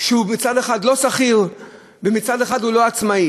שהוא מצד אחד לא שכיר ומצד אחד הוא לא עצמאי,